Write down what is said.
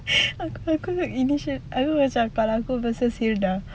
aku aku nak initiate aku macam kalau aku versus hilda